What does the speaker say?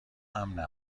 امن